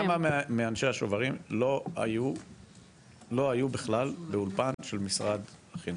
כמה מאנשי השוברים לא היו בכלל באולפן של משרד החינוך?